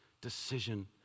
decision